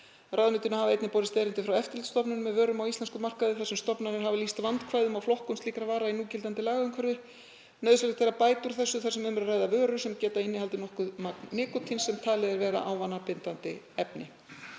Ráðuneytinu hafa einnig borist erindi frá eftirlitsstofnunum með vörum á íslenskum markaði þar sem stofnanir hafa lýst vandkvæðum á flokkun slíkra vara í núgildandi lagaumhverfi. Nauðsynlegt er að bæta úr þessu þar sem um er að ræða vörur sem geta innihaldið nokkurt magn nikótíns sem talið er vera ávanabindandi efni.